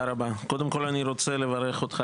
אני רוצה לברך אותך,